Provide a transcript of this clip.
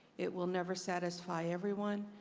it will never satisfy everyone,